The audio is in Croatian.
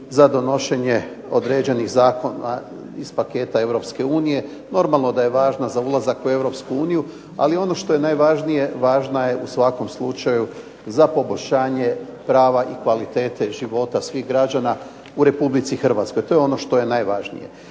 za donošenje određenih zakona iz paketa Europske unije. Normalno da je važno za ulazak u Europsku uniju, ali ono što je najvažnije važna je u svakom slučaju za poboljšanje prava i kvalitete života svih građana u Republici Hrvatskoj. To je ono što je najvažnije.